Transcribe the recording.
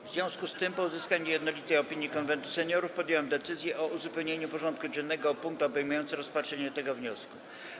W związku z tym, po uzyskaniu jednolitej opinii Konwentu Seniorów, podjąłem decyzję o uzupełnieniu porządku dziennego o punkt obejmujący rozpatrzenie tego wniosku.